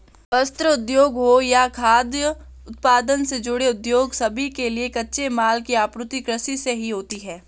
वस्त्र उद्योग हो या खाद्य उत्पादन से जुड़े उद्योग सभी के लिए कच्चे माल की आपूर्ति कृषि से ही होती है